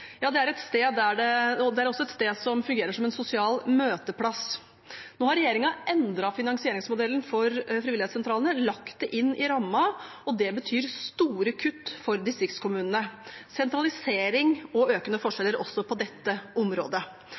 Ja, det er også et sted som fungerer som en sosial møteplass. Nå har regjeringen endret finansieringsmodellen for frivilligsentralene, lagt det inn i rammen, og det betyr store kutt for distriktskommunene – sentralisering og økende forskjeller også på dette området.